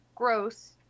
gross